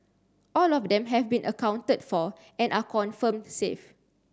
all of them have been accounted for and are confirmed safe